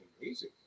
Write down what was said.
amazing